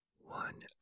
One